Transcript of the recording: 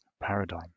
paradigm